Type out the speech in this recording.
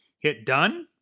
hit done.